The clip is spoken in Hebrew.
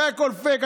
הרי הכול פייק.